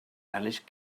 alice